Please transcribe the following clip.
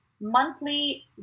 monthly